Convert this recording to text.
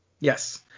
Yes